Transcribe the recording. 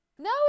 No